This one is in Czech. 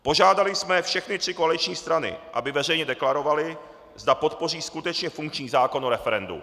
Požádali jsme všechny tři koaliční strany, aby veřejně deklarovaly, zda podpoří skutečně funkční zákon o referendu.